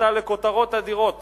שזכתה לכותרות אדירות